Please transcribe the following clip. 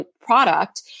product